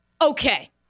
okay